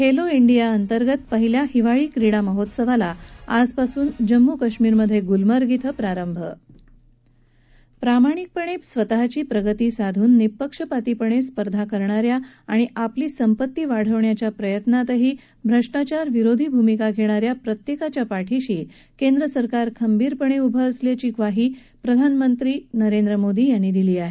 Khelo India अंतर्गत पहिल्या हिवाळी क्रीडा महोत्सवाला आजपासून जम्मू काश्मीर मधे गुलमर्ग इथं प्रारंभ प्रामाणिकपणे स्वतःची प्रगती साधून निःपक्षपातीपणे स्पर्धा करणाऱ्या आणि आपली संपत्ती वाढवण्याच्या प्रयत्नातही भ्रष्टाचाराविरोधी भूमिका घेणाऱ्या प्रत्येकाच्या पाठिशी केंद्र सरकार खंबीरपणे उभं आहे अशी ग्वाही प्रधानमंत्री नरेंद्र मोदी यांनी दिली आहे